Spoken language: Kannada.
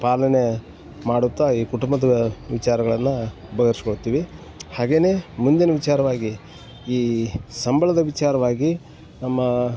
ಪಾಲನೆ ಮಾಡುತ್ತಾ ಈ ಕುಟುಂಬದ ವಿಚಾರಗಳನ್ನ ಬಗೆಹರ್ಸ್ಕೊಳ್ತೀವಿ ಹಾಗೇ ಮುಂದಿನ ವಿಚಾರವಾಗಿ ಈ ಸಂಬಳದ ವಿಚಾರ್ವಾಗಿ ನಮ್ಮ